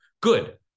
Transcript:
Good